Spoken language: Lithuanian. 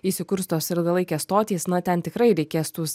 įsikurs tos ilgalaikės stotys na ten tikrai reikės tų